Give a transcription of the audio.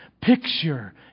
picture